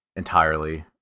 Entirely